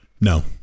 No